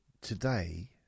today